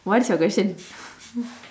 what is your question